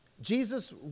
Jesus